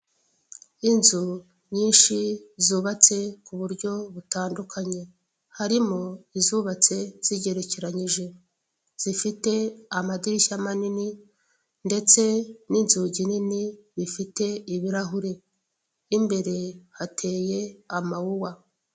Inzu nyinshi zubatse ku buryo butandukanye harimo izubatse zigerekerenyije zifite amadirishya manini, ndetse n'inzugi nini zifite ibirahure imbere hateye amawuwa.